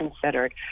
considered